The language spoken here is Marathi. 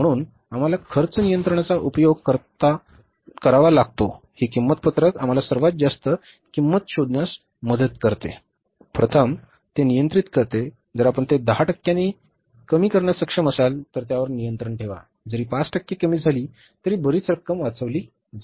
म्हणून आम्हाला खर्च नियंत्रणाचा उपयोग करावा लागतो ही किंमत पत्रक आम्हाला सर्वात जास्त किंमत शोधण्यास मदत करते प्रथम ते नियंत्रित करते जर आपण ते 10 टक्क्यांनी कमी करण्यास सक्षम असाल तर त्यावर नियंत्रण ठेवा जरी 5 कमी झाली तरी बरीच रक्कम वाचविली जाऊ शकते